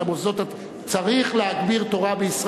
צריך להגביר תורה בישראל.